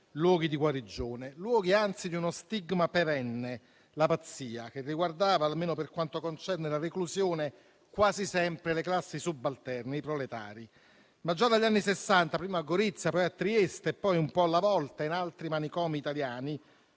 luoghi di guarigione. Erano luoghi, anzi, di uno stigma perenne, la pazzia, che riguardava, almeno per quanto concerne la reclusione, quasi sempre le classi subalterne, i proletari. Già dagli anni Sessanta, però, prima a Gorizia, poi a Trieste, poi un po' alla volta in altri manicomi italiani,